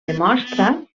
demostra